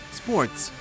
sports